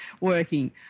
working